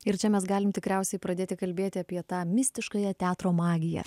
ir čia mes galim tikriausiai pradėti kalbėti apie tą mistiškąją teatro magiją